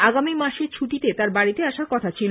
আগামী মাসে ছুটিতে তাঁর বাড়িতে আসার কথা ছিল